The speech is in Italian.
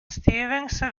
stevens